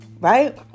right